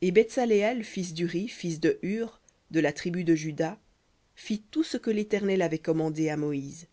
et betsaleël fils d'uri fils de hur de la tribu de juda fit tout ce que l'éternel avait commandé à moïse